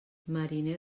mariner